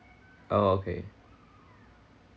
oh okay